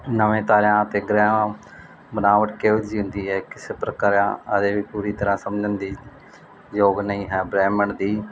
ਨਵੇਂ ਤਾਰਿਆਂ ਅਤੇ ਗ੍ਰਹਿਆਂ ਬਨਾਵਟ ਕਿਹੋ ਜਿਹੀ ਹੁੰਦੀ ਹੈ ਕਿਸੇ ਪ੍ਰਕਾਰਿਆਂ ਅਜੇ ਵੀ ਪੂਰੀ ਤਰ੍ਹਾਂ ਸਮਝਣ ਦੇ ਯੋਗ ਨਹੀਂ ਹੈ ਬ੍ਰਹਿਮੰਡ ਦੀ